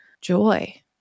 joy